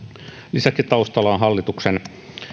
lisäksi taustalla on hallituksen